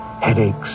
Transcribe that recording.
Headaches